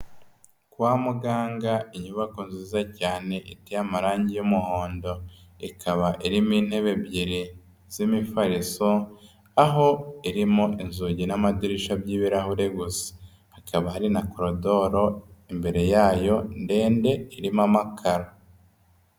Kwa muganga inyubako nziza cyane iteye amarangi y'umuhondo, ikaba irimo intebe ebyiri z'imifariso, aho irimo inzugi n'amadirisha by'ibirahure gusa, hakaba hari na korodoro imbere yayo ndende irimo amakaro.